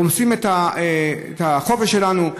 רומסים את החופש שלנו,